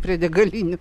prie degalinių